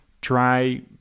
try